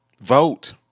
Vote